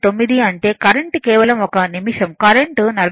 9 అంటే కరెంట్ కేవలం ఒక నిమిషం కరెంట్ 43